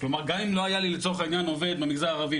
אם לא היה לי לצורך העניין עובד מהמגזר הערבי,